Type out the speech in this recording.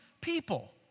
people